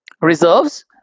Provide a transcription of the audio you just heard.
reserves